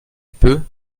peux